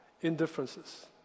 indifferences